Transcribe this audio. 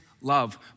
love